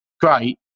great